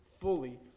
fully